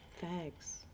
thanks